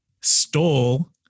stole